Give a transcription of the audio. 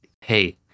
hey